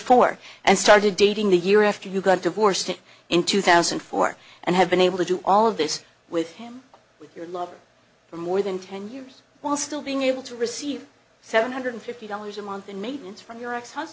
four and started dating the year after you got divorced in two thousand and four and have been able to do all of this with him with your love for more than ten years while still being able to receive seven hundred fifty dollars a month in maintenance from your